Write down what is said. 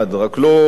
הקיצוני